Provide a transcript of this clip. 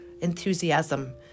enthusiasm